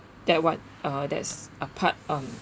that what uh that's a part um